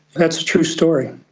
that's a true story.